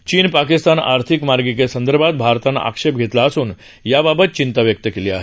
चीन पाकिस्तान आर्थिक मार्गिकेसंदर्भात भारतानं आक्षेप घेतला असून याबाबत चिंता व्यक्त केली आहे